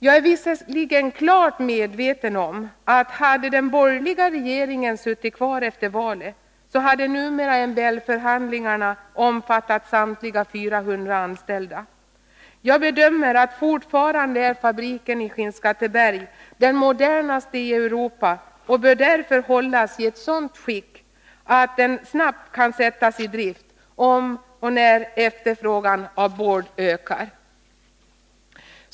Jag är visserligen klart medveten om att hade den borgerliga regeringen suttit kvar efter valet, så skulle MBL-förhandlingarna nu ha omfattat samtliga 400 anställda. Jag bedömer att fabriken i Skinnskatteberg fortfarande är den modernaste, och den bör därför hållas i ett sådant skick att den snabbt kan sättas i drift, om och när efterfrågan på board ökar.